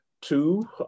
Two